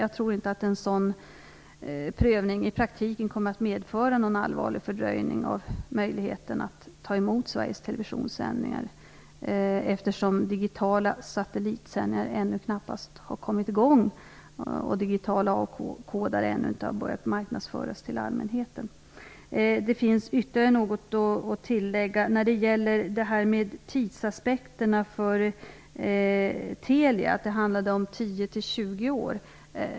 Jag tror inte att en sådan prövning i praktiken kommer att medföra någon allvarlig fördröjning av möjligheten att ta emot Sveriges Televisions sändningar, eftersom digitala satellitsändningar ännu knappast har kommit i gång och digitala avkodare ännu inte har börjat marknadsföras till allmänheten. Det finns ytterligare något att tillägga när det gäller tidsaspekterna för Telia, dvs. att det handlade om 10-20 år.